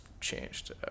changed